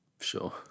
sure